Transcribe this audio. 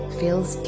feels